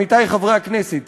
עמיתי חברי הכנסת,